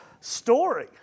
story